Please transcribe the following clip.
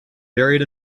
buried